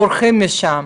בורחים משם?